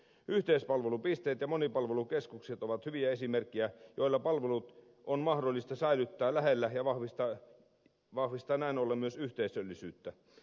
yhteispalvelupisteet ja monipalvelukeskukset ovat hyviä esimerkkejä joilla palvelut on mahdollisuus säilyttää lähellä ja vahvistaa näin ollen myös yhteisöllisyyttä